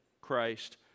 Christ